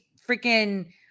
freaking